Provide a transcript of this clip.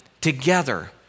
together